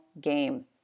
game